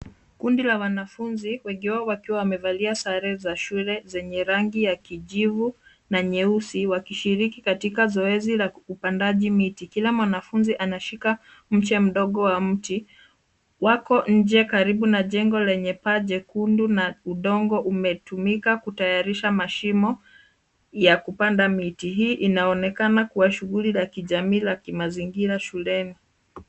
Kundi la wanafunzi wengi wao wakiwa wamevalia sare za shule zenye rangi ya kijivu na nyeupe wakishiriki katika zoezi la upandaji miti. Kila mwanafunzi anashika mche mdogo wa mti. Wako nje karibu na jengo lenye paa jekundu na udongo umetumika kutayarisha mashimo ya kupanda miti. Hii inaonekana kuwa shughuli la kijamii la kimazingira shuleni.